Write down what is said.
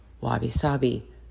wabi-sabi